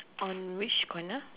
on which corner